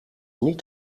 niet